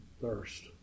thirst